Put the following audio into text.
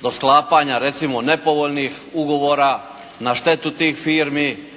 do sklapanja recimo nepovoljnih ugovora na štetu tih firmi,